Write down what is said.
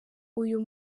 uyu